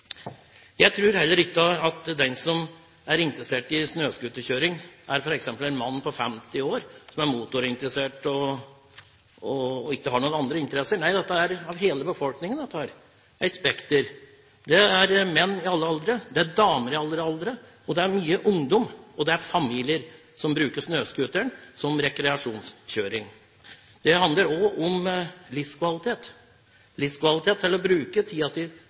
Jeg tror heller ikke at den som er interessert i snøscooterkjøring, er en mann på 50 år, som er motorinteressert og ikke har noen andre interesser. Nei, det er et spekter av hele befolkningen. Det er menn i alle aldre, det er damer i alle aldre, det er mye ungdom, og det er familier som bruker snøscooteren til rekreasjonskjøring. Det handler også om livskvalitet – å bruke